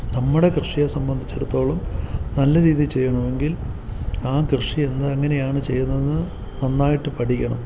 നമ്മുടെ കൃഷിയെ സംബന്ധിച്ചെടുത്തോളം നല്ല രീതിയിൽ ചെയ്യണമെങ്കിൽ ആ കൃഷി എന്ന് എങ്ങനെയാണ് ചെയ്യുന്നതെന്ന് നന്നായിട്ട് പഠിക്കണം